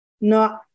No